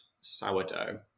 sourdough